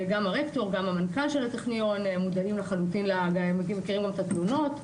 גם הרקטור וגם המנכ"ל של הטכניון מודעים לחלוטין ומכירים גם את התלונות.